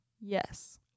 Yes